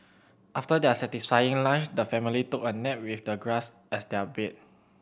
after their satisfying lunch the family took a nap with the grass as their bed